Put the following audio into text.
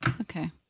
Okay